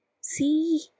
See